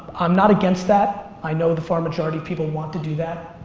i'm not against that. i know the far majority of people want to do that.